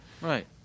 Right